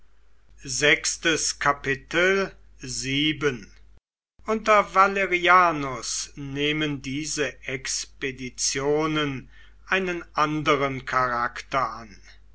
unter valerianus nehmen diese expeditionen einen anderen charakter an